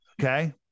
Okay